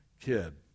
kid